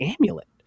amulet